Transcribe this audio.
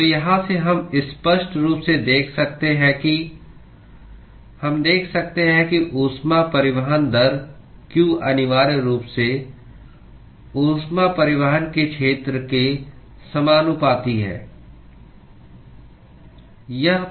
तो यहाँ से हम स्पष्ट रूप से देख सकते हैं कि हम देख सकते हैं कि ऊष्मा परिवहन दर q अनिवार्य रूप से ऊष्मा परिवहन के क्षेत्र के समानुपाती है